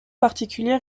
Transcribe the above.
particulier